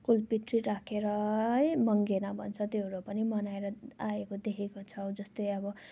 कुल पितृ राखेर है मङ्गेरा भन्छ त्योहरू पनि मनाएर आएको देखेको छौँ जस्तै अब